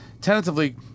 Tentatively